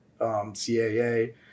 CAA